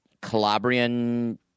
Calabrian